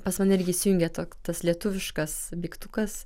pas mane irgi įsijungia tok tas lietuviškas mygtukas